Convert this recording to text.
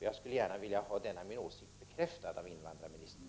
Jag skulle gärna vilja ha denna min åsikt bekräftad av invandrarministern.